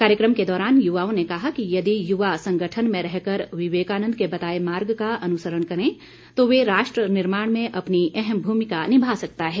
कार्यक्रम के दौरान युवाओं ने कहा कि यदि युवा संगठन में रहकर विवेकानन्द के बताए मार्ग का अनुसरण करें तो वे राष्ट्र निर्माण में अपनी अहम भूमिका निभा सकता है